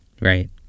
Right